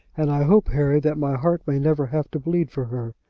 and i hope, harry, that my heart may never have to bleed for her.